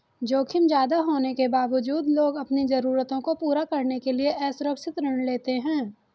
जोखिम ज्यादा होने के बावजूद लोग अपनी जरूरतों को पूरा करने के लिए असुरक्षित ऋण लेते हैं